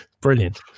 brilliant